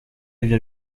ibyo